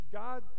god